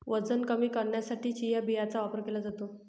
वजन कमी करण्यासाठी चिया बियांचा वापर केला जातो